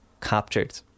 captured